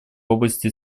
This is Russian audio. области